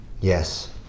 Yes